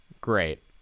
great